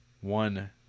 one